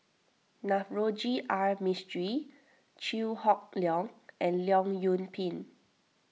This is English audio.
Navroji R Mistri Chew Hock Leong and Leong Yoon Pin